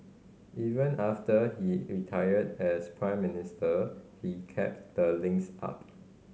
even after he retired as Prime Minister he kept the links up